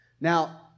Now